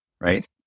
Right